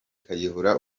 kayihura